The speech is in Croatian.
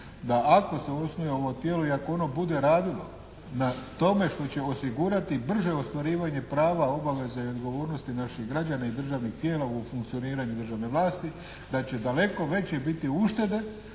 da ako se osnuje ovo tijelo i ako ono bude radilo na tome što će osigurati brže ostvarivanje prava, obaveze i odgovornosti naših građana i državnih tijela u funkcioniranju državne vlasti da će daleko veće biti uštede